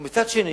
מצד שני,